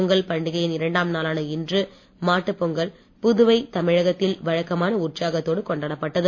பொங்கல் பண்டிகையின் இரண்டாம் நாளான இன்று மாட்டுப் பொங்கல் புதுவை தமிழகத்தில் வழக்கமான உற்சாகத்தோடு கொண்டாடப்பட்டது